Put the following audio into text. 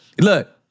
look